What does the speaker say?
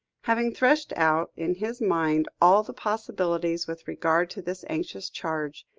having threshed out in his mind all the possibilities with regard to this anxious charge,